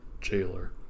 Jailer